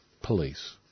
police